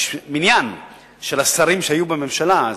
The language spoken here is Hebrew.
יש מניין של השרים שהיו בממשלה אז.